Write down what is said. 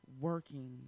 working